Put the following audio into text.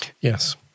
Yes